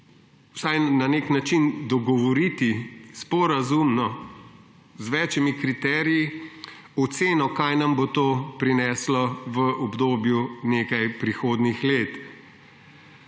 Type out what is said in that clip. vsaj na nek način dogovoriti sporazumno z več kriteriji oceno, kaj nam bo to prineslo v obdobju nekaj prihodnjih let.